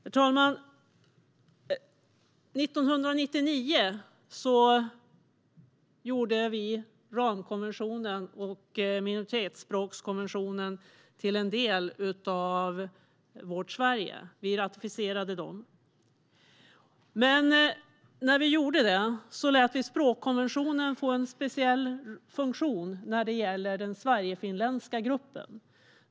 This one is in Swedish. År 1999 gjorde vi ramkonventionen och minoritetsspråkskonventionen till en del av vårt Sverige. Vi ratificerade dem, men när vi gjorde det lät vi språkkonventionen få en speciell funktion när det gäller den sverigefinländska gruppen.